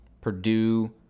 Purdue